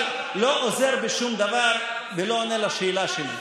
אבל לא עוזר בשום דבר ולא עונה על השאלה שלי.